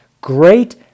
great